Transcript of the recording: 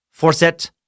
Forset